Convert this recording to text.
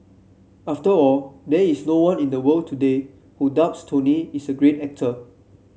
after all there is no one in the world today who doubts Tony is a great actor